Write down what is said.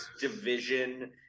division